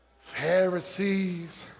Pharisees